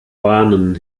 warnen